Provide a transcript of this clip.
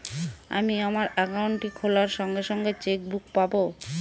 আমি আমার একাউন্টটি খোলার সঙ্গে সঙ্গে চেক বুক পাবো?